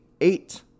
eight